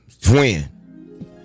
Twin